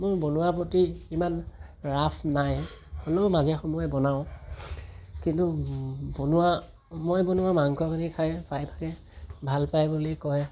মোৰ বনোৱাৰ প্ৰতি ইমান ৰাপ নাই হ'লেও মাজে সময়ে বনাওঁ কিন্তু বনোৱা মই বনোৱা মাংসখিনি খাই প্ৰায়ভাগেই ভাল পায় বুলি কয়